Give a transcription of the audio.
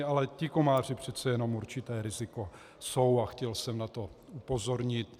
Ale ti komáři přece jenom určité riziko jsou a chtěl jsem na to upozornit.